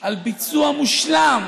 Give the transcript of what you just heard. על ביצוע מושלם